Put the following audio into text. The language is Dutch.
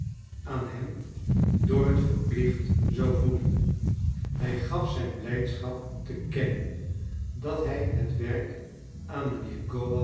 aan hem dorrit verplicht zou voelen hij gaf zijn blijdschap te kennen dat hij het werk aan mijnheer